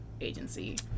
Agency